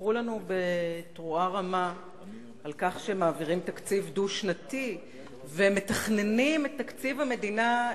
סיפרו לנו בתרועה רמה שמעבירים תקציב דו-שנתי ומתכננים את תקציב המדינה,